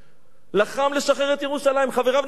לחם לשחרר את ירושלים, חבריו נפלו לידו.